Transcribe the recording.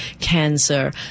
cancer